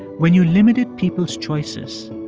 when you limited people's choices,